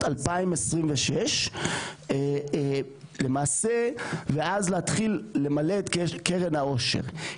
2026 למעשה ואז להתחיל למלא את קרן העושר.